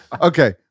Okay